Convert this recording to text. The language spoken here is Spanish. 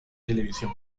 televisión